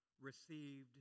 received